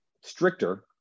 stricter